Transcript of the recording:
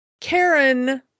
Karen